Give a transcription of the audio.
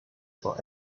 for